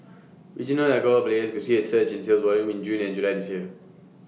regional alcohol players could see A surge in sales volumes in June and July this year